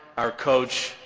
our coach,